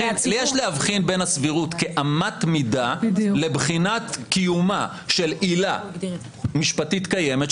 יש להבחין בין הסבירות כאמת מידה לבחינת קיומה של עילה משפטית קיימת,